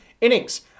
innings